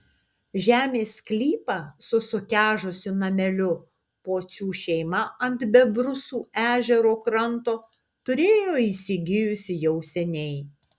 žemės sklypą su sukežusiu nameliu pocių šeima ant bebrusų ežero kranto turėjo įsigijusi jau seniai